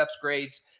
grades